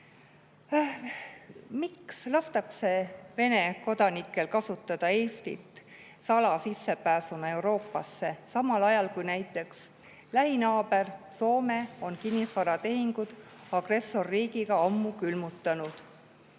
Miks lastakse Vene kodanikel kasutada Eestit salasissepääsuna Euroopasse? Samal ajal kui näiteks lähinaaber Soome on kinnisvaratehingud agressorriigiga ammu külmutanud,